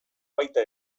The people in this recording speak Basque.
baita